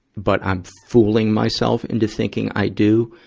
but i'm fooling myself into thinking i do.